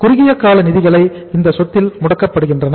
குறுகியகால நிதிகளை இந்த சொத்தில்முடக்கப்படுகின்றன